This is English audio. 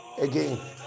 again